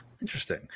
Interesting